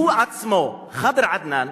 הוא עצמו, ח'דר עדנאן,